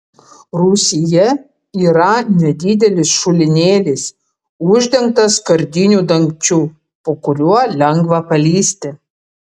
rūsyje yra nedidelis šulinėlis uždengtas skardiniu dangčiu po kuriuo lengva palįsti